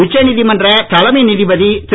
உச்ச நீதிமன்ற தலைமை நீதிபதி திரு